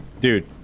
Dude